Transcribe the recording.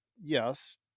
Yes